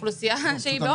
זו אוכלוסייה בעוני.